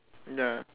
ya